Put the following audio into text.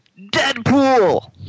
Deadpool